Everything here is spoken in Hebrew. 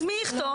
אז מי יכתוב?